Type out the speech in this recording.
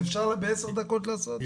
אפשר בעשר דקות לעשות את זה.